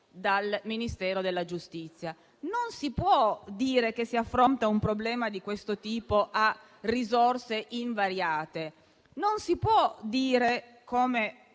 dal Ministero della giustizia. Non si può dire che si affronta un problema di questo tipo a risorse invariate. Non lo si può dire, come